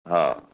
हा